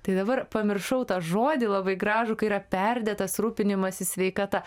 tai dabar pamiršau tą žodį labai gražų kai yra perdėtas rūpinimasis sveikata